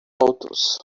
outros